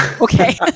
okay